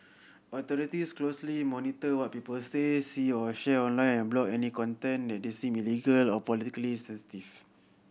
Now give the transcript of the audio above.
authorities closely monitor what people say see or share online block any content they deem illegal or politically